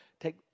Take